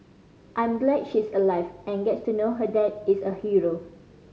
I'm glad she's alive and gets to know her dad is a hero